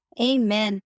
Amen